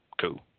Cool